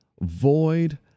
void